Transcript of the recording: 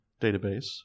database